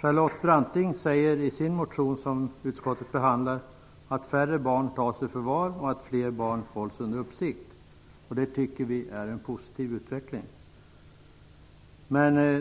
Charlotte Branting säger i sin motion, som utskottet har behandlat, att färre barn tas i förvar och att fler barn hålls under uppsikt. Det är en positiv utveckling.